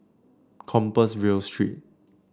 Compassvale Street